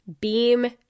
Beam